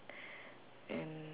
and